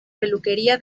peluquería